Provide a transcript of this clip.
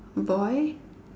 boy